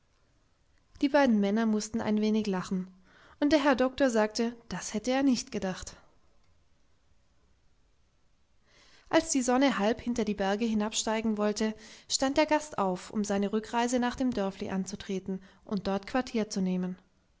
die beiden männer mußten ein wenig lachen und der herr doktor sagte das hätte er nicht gedacht als die sonne halb hinter die berge hinabsteigen wollte stand der gast auf um seine rückreise nach dem dörfli anzutreten und dort quartier zu nehmen